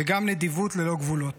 וגם נדיבות ללא גבולות.